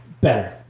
better